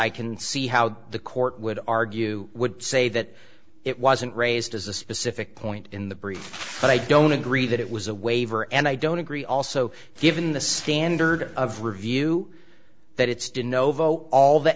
i can see how the court would argue would say that it wasn't raised as a specific point in the brief but i don't agree that it was a waiver and i don't agree also given the standard of review that it's to no vote all the